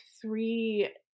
three